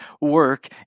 work